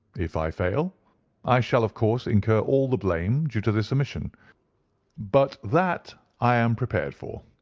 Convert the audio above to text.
if i fail i shall, of course, incur all the blame due to this omission but that i am prepared for.